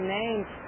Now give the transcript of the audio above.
names